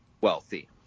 wealthy